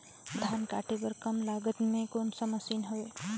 धान काटे बर कम लागत मे कौन मशीन हवय?